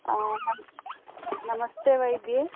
नम् नमस्ते वैद्ये